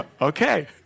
Okay